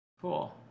Cool